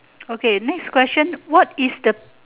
okay next question what is the